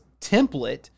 template